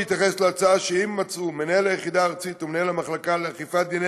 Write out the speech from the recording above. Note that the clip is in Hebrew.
בהתייחס להצעה שאם מצאו מנהל היחידה הארצית ומנהל המחלקה לאכיפת דיני